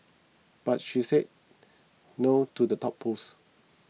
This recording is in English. but she said no to the top post